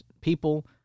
people